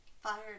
Fired